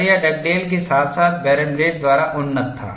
और यह डगडेल के साथ साथ बर्नब्लैट द्वारा उन्नत था